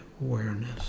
awareness